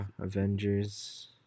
Avengers